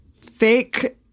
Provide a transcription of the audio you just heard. fake